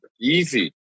easy